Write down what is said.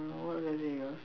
what was I saying ah